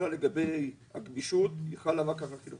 לגבי הגמישות, היא חלה רק על ה-...